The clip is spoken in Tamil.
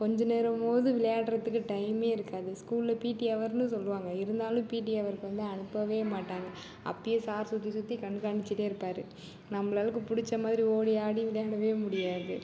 கொஞ்ச நேரமாது விளையாடுறதுக்கு டைமே இருக்காது ஸ்கூலில் பீட்டி அவர்னு சொல்லுவாங்க இருந்தாலும் பீட்டி அவருக்கு வந்து அனுப்பவே மாட்டாங்க அப்போயே சார் சுற்றி சுற்றி கண்காணிச்சிட்டே இருப்பாரு நம்மளுக்கு பிடிச்ச மாதிரி ஓடி ஆடி விளையாடவே முடியாது